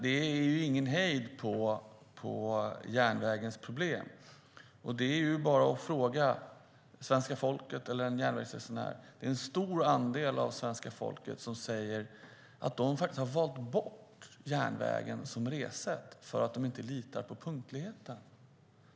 Det är ingen hejd på järnvägens problem. Det är bara att fråga svenska folket eller en järnvägsresenär. Då är det nog en stor andel av svenska folket som säger att man har valt bort järnvägen som resesätt därför att man inte litar på punktligheten.